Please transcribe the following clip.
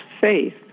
faith